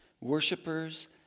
worshippers